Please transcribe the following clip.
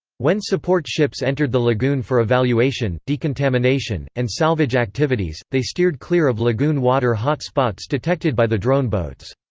when support ships entered the lagoon for evaluation, decontamination, and salvage activities, they steered clear of lagoon water hot spots detected by the drone boats.